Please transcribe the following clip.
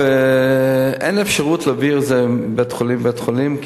אין אפשרות להעביר את זה מבית-חולים לבית-חולים,